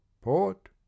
port